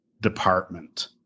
department